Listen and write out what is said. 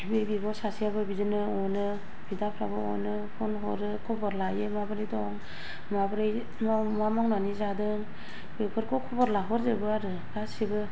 बे बिब' सासेआबो बिदिनो अनो बिदाफोराबो अनो फन हरो खबर लायो माबोरै दं माबोरै मा मावनानै जादों बेफोरखौ खबर लाहरजोबो आरो गासिबो